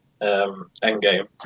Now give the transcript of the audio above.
Endgame